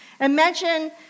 Imagine